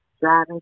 driving